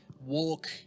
walk